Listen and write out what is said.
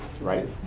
Right